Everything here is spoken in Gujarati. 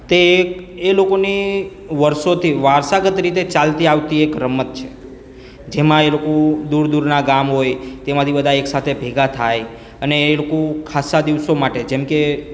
તે એક એ લોકોની વર્ષોથી વારસાગત રીતે ચાલતી આવતી એક રમત છે જેમાં એ લોકો દૂર દૂરનાં ગામ હોય તેમાંથી બધા એકસાથે ભેગાં થાય અને એ લોકો ખાસા દિવસો માટે જેમકે